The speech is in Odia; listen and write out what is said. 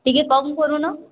ଟିକିଏ କମ କରୁନ